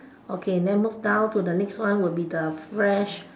okay then move down to the next one will be the fresh